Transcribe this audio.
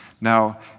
Now